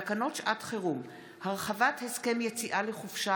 תקנות שעת חירום (הרחבת הסכם יציאה לחופשה